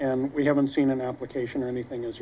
and we haven't seen an application or anything